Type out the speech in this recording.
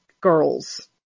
girls